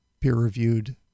peer-reviewed